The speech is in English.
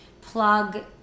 plug